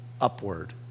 upward